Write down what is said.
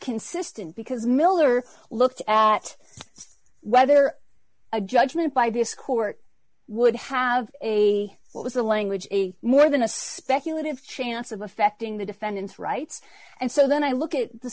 consistent because miller looked at whether a judgment by this court would have a well as a language a more than a speculative chance of affecting the defendant's rights and so then i look at the